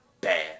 bad